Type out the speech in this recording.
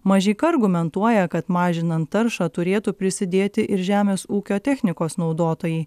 mažeika argumentuoja kad mažinant taršą turėtų prisidėti ir žemės ūkio technikos naudotojai